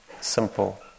simple